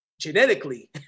genetically